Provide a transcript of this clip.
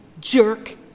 jerk